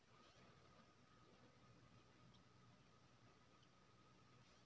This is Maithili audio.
बदलि बदलि कय अनाज रोपला से माटि उपजाऊ बनल रहै छै